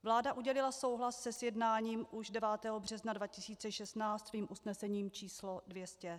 Vláda udělila souhlas se sjednáním už 9. března 2016 svým usnesením č. 200.